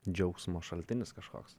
džiaugsmo šaltinis kažkoks